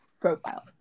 profile